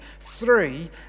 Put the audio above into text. three